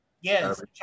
Yes